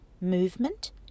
movement